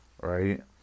Right